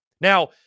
Now